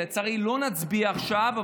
לצערי לא נצביע עליו עכשיו,